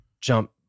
jump